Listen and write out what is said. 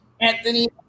Anthony